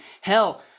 hell